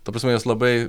ta prasme jos labai